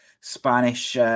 Spanish